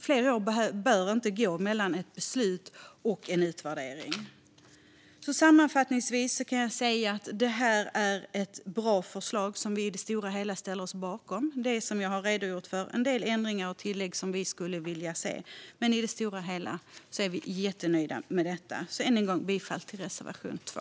Fler år bör inte gå mellan ett beslut och en utvärdering. Sammanfattningsvis kan jag säga att detta är ett bra förslag, som vi i det stora hela ställer oss bakom. Det är, som jag har redogjort för, en del ändringar och tillägg som vi skulle vilja se. Men i det stora hela är vi jättenöjda med detta. Än en gång yrkar jag bifall till reservation 2.